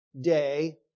day